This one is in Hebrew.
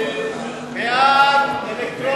לסעיף 23,